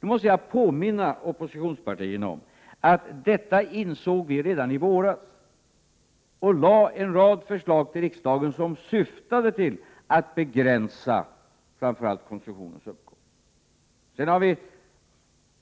Jag måste nu påminna oppositionspartierna om att vi insåg detta redan i våras och lade fram en rad förslag för riksdagen som syftade till att begränsa framför allt uppgången av konsumtionen. Sedan har vi